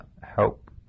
help